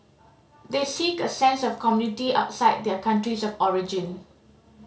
they seek a sense of community outside their countries of origin